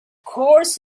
course